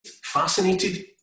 fascinated